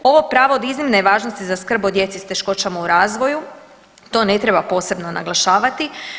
Ovo pravo od iznimne je važnosti za skrb o djeci s teškoćama u razvoju, to ne treba posebno naglašavati.